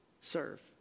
Serve